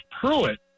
Pruitt